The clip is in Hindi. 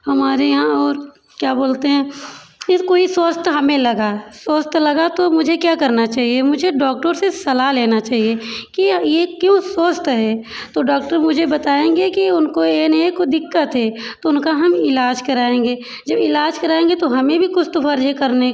हमारे यहाँ और क्या बोलते हैं कि कोई स्वस्थ हमें लगा स्वस्थ लगा तो मुझे क्या करना चाहिए मुझे डॉक्टर से सलाह लेना चाहिए कि ये क्यों स्वस्थ है तो डॉक्टर मुझे बताएंगे कि उनको ये नहीं है कोई दिक्कत है तो उनका हम इलाज कराएंगे जब इलाज कराएंगे तो हमें भी कुछ तो फर्ज़ है करने का